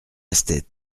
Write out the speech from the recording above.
restaient